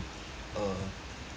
err